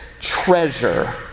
treasure